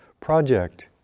project